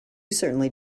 certainly